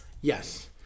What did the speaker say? yes